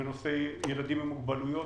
בנושא ילדים עם מוגבלויות,